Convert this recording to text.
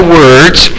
words